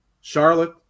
charlotte